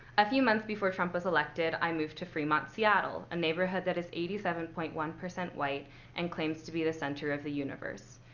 a few months before trump was elected, i moved to fremont, seattle, a neighborhood that is eighty seven point one white and claims to be the center of the universe.